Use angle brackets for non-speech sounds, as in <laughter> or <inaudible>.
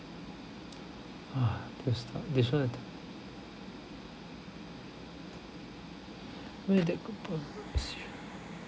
<noise> this this one I